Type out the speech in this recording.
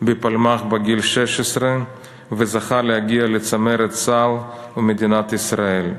בפלמ"ח בגיל 16 וזכה להגיע לצמרת צה"ל ומדינת ישראל.